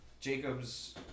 jacob's